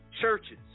churches